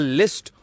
list